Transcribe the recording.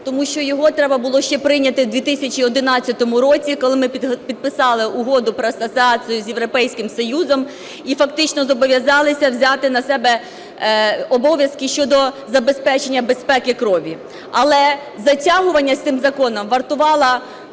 тому що його треба було ще прийняти в 2011 році, коли ми підписали Угоду про асоціацію з Європейським Союзом і фактично зобов'язалися взяти на себе обов'язки щодо забезпечення безпеки крові. Але затягування з цим законом вартувало